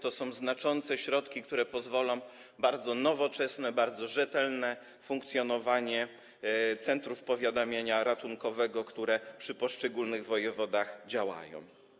To są znaczące środki, które pozwolą na bardzo nowoczesne, bardzo rzetelne funkcjonowanie centrów powiadamiania ratunkowego, które przy poszczególnych wojewodach działają.